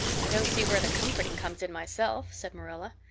i don't see where the comforting comes in myself, said marilla.